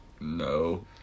No